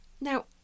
Now